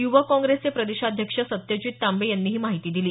यूवक कॉंप्रेसचे प्रदेशाध्यक्ष सत्यजित तांबे यांनी ही माहिती दिली